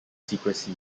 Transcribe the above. secrecy